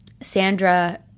Sandra